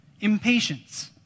Impatience